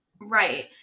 Right